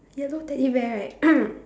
yellow Teddy bear right